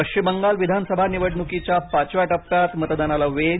पश्विम बंगाल विधानसभा निवडणुकीच्या पाचव्या टप्प्यात मतदानाला वेग